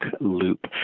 loop